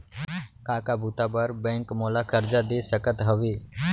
का का बुता बर बैंक मोला करजा दे सकत हवे?